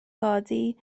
godi